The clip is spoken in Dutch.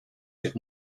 zich